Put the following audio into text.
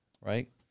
right